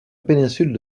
péninsule